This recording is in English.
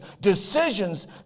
Decisions